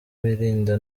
birinda